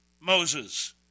Moses